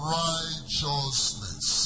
righteousness